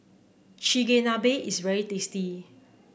chigenabe is very tasty